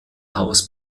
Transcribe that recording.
haus